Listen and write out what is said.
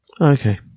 Okay